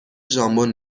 ژامبون